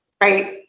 right